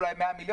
אולי 100 מיליון,